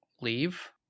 leave